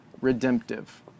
redemptive